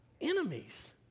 enemies